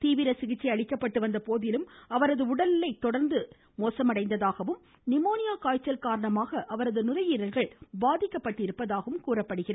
தீவிர சிகிச்சை அளிக்கப்பட்டு வந்த போதிலும் அவரது உடல்நிலை தொடர்ந்து மோசமடைந்ததாகவும் நிமோனியா காய்ச்சல் காரணமாக அவரது நுரையீரல்கள் பாதிக்கப்பட்டிருப்பதாகவும் கூறப்படுகிறது